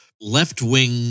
left-wing